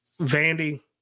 Vandy